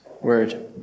word